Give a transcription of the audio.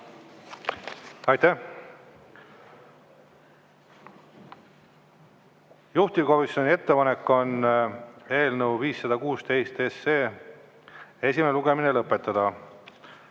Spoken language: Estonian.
Aitäh! Juhtivkomisjoni ettepanek on eelnõu 516 esimene lugemine lõpetada.